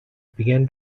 began